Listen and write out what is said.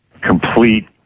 complete